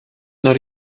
not